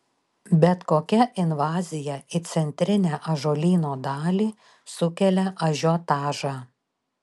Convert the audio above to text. bet kokia invazija į centrinę ąžuolyno dalį sukelia ažiotažą